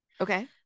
Okay